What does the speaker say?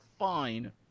Fine